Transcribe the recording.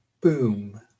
Boom